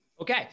Okay